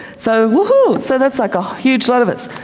so so that's like a huge lot of us.